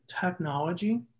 technology